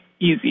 easy